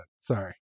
Sorry